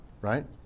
Right